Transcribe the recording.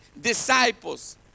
disciples